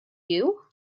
you